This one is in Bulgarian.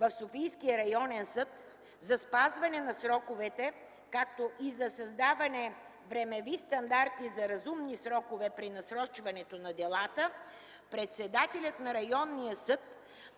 в Софийския районен съд за спазване на сроковете, както и за създаване на времеви стандарти за разумни срокове при насрочването на делата председателят на Районния съд